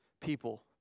people